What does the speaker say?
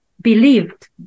believed